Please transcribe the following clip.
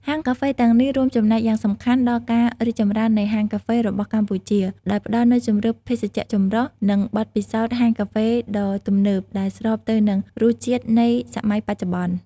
ហាងកាហ្វេទាំងនេះរួមចំណែកយ៉ាងសំខាន់ដល់ ការរីកចម្រើននៃហាងកាហ្វេរបស់កម្ពុជា ដោយផ្តល់នូវជម្រើសភេសជ្ជៈចម្រុះ និងបទពិសោធន៍ហាងកាហ្វេដ៏ទំនើបដែលស្របទៅនឹងរសជាតិនៃសម័យបច្ចុប្បន្ន។